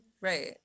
Right